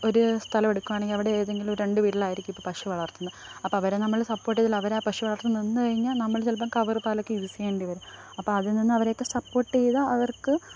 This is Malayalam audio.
ഒരു സ്ഥലം എടുക്ക്വാണെങ്കിൽ അവിടെ ഏതെങ്കിലുമൊരു രണ്ട് വീട്ടിലായിരിക്കും ഇപ്പോൾ പശു വളര്ത്തുന്നത് അപ്പോൾ അവരെ നമ്മൾ സപ്പോട്ട് ചെയ്താലവർ ആ പശു വളര്ത്തൽ നിന്ന് കഴിഞ്ഞാൽ നമ്മൾ ചിലപ്പം കവറ് പാലൊക്കെ യൂസ് ചെയ്യേണ്ടി വരും അപ്പോൾ അതില് നിന്ന് അവരൊക്കെ സപ്പോട്ട് ചെയ്താൽ അവര്ക്ക്